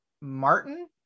Martin